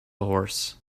horse